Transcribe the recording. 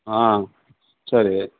ஆ சரி